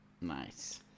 Nice